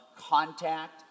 contact